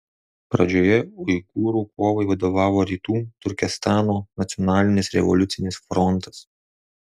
pradžioje uigūrų kovai vadovavo rytų turkestano nacionalinis revoliucinis frontas